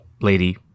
Lady